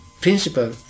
principle